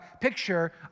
picture